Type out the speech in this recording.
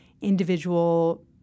individual